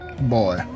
Boy